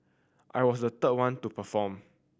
I was the third one to perform